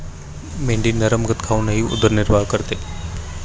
मेंढी नरम गवत खाऊन उदरनिर्वाह करते